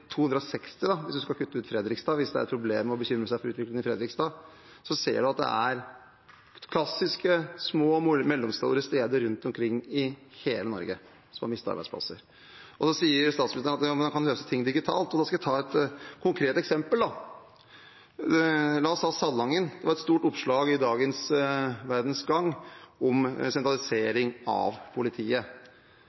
260 – hvis man skal kutte ut Fredrikstad, hvis det er et problem å bekymre seg for utviklingen i Fredrikstad – ser man at det klassisk er små og mellomstore steder rundt omkring i hele Norge som har mistet arbeidsplasser. Så sier statsministeren at ja, men da kan vi løse ting digitalt. Da skal jeg ta et konkret eksempel. La oss ta Salangen. Det er et stort oppslag i dagens Verdens Gang om